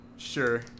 Sure